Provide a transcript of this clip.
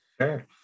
Sure